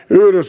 myös